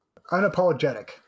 Unapologetic